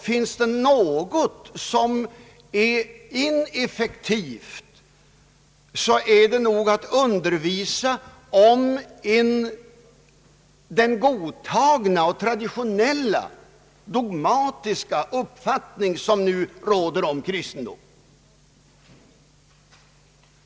Är det något som är ineffektivt så är det att undervisa om den godtagna och traditionella dogmatiska uppfattning som nu råder om kristendomen.